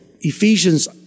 Ephesians